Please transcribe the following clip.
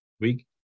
week